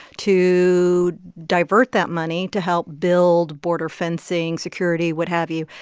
to divert that money to help build border fencing, security, what have you.